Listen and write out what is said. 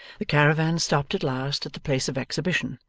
the caravan stopped at last at the place of exhibition,